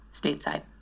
stateside